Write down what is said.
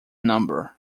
number